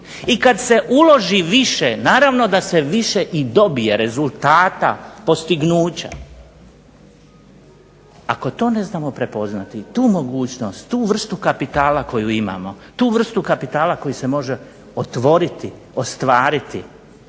I kada se uloži više naravno da se više i dobije rezultata, postignuća. Ako to ne znamo prepoznati, tu mogućnost, tu vrstu kapitala koju imamo, tu vrstu kapitala koji se može otvoriti ostvariti